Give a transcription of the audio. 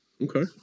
Okay